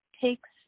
takes –